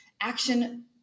action